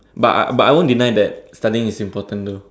but I but I won't deny that studying is important though